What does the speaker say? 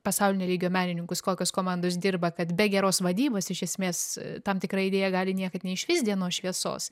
pasaulinio lygio menininkus kokios komandos dirba kad be geros vadybos iš esmės tam tikra idėja gali niekad neišvyst dienos šviesos